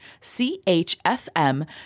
CHFM